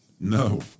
No